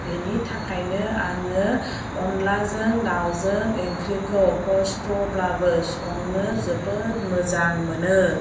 बेनि थाखायनो आङो अनलाजों दाउजों ओंख्रिखौ खस्त'ब्लाबो संनो जोबोद मोजां मोनो